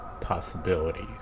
Possibilities